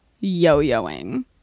yo-yoing